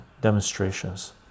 demonstrations